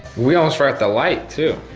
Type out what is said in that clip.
we almost forgot the light, too.